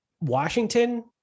Washington